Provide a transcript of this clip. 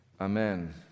Amen